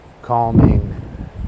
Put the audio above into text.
calming